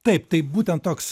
taip taip būtent toks